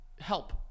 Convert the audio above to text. help